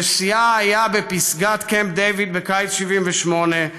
ששיאה היה בפסגת קמפ-דייוויד בקיץ 1978,